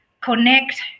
connect